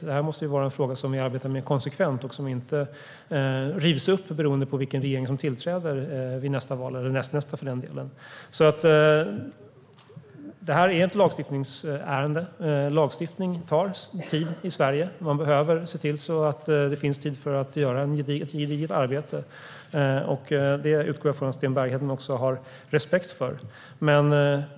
Detta måste vara frågor som vi arbetar med konsekvent och som inte rivs upp beroende på vilken regering som tillträder efter nästa, eller för den delen nästnästa, val. Det här är ett lagstiftningsärende. Lagstiftning tar sin tid i Sverige - man behöver se till att det finns tid för att göra ett gediget arbete, vilket jag utgår från att Sten Bergheden har respekt för.